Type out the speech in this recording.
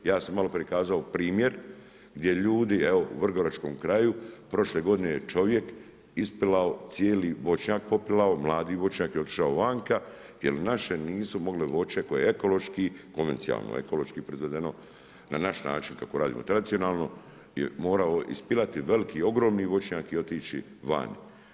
Ja sam malo prije kazao primjer gdje ljudi evo u vrgoračkom kraju prošle godine je čovjek ispilao cijeli voćnjak popilao, mladi voćnjak i otišao vanka jel naši nisu mogli voće koje je ekološki, konvencionalno ekološki proizvedeno na naš način kako radimo tradicionalno morao ispilati veliki ogromni voćnjak i otići van.